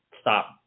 stop